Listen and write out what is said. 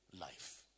life